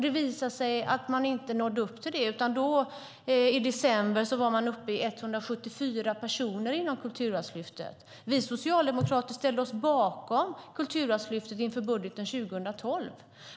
Det visade sig att man inte nådde upp till det, utan i december var man uppe i 174 personer inom Kulturarvslyftet. Vi socialdemokrater ställde oss bakom Kulturarvslyftet inför budgeten 2012.